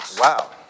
Wow